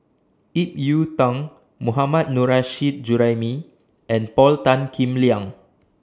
Ip Yiu Tung Mohammad Nurrasyid Juraimi and Paul Tan Kim Liang